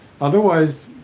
Otherwise